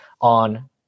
on